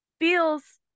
Feels